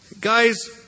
Guys